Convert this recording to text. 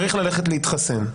צריך ללכת להתחסן.